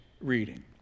reading